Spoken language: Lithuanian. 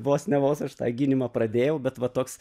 vos ne vos aš tą gynimą pradėjau bet va toks